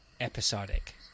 episodic